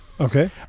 Okay